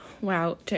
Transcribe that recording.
wow